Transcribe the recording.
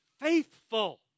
faithful